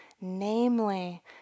namely